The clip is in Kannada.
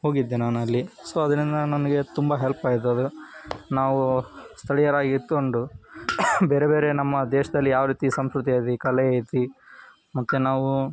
ಹೋಗಿದ್ದೆ ನಾನು ಅಲ್ಲಿ ಸೊ ಅದರಿಂದ ನನಗೆ ತುಂಬ ಹೆಲ್ಪಾಯ್ತದು ನಾವು ಸ್ಥಳೀಯರಾಗಿ ಇದ್ಕೊಂಡು ಬೇರೆ ಬೇರೆ ನಮ್ಮ ದೇಶ್ದಲ್ಲಿ ಯಾವ ರೀತಿ ಸಂಸ್ಕೃತಿ ಐತಿ ಕಲೆ ಐತಿ ಮತ್ತು ನಾವು